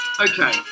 Okay